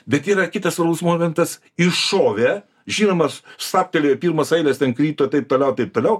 bet yra kitas svarbus momentas iššovė žinomas stabtelėjo pirmos eilės ten krito taip toliau taip toliau